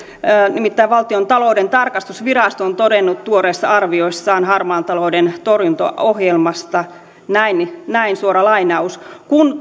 nimittäin valtiontalouden tarkastusvirasto on todennut tuoreissa arvioissaan harmaan talouden torjuntaohjelmasta näin kun